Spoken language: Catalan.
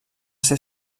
ser